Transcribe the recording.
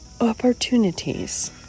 opportunities